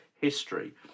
history